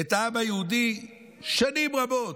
את העם היהודי, שנים רבות,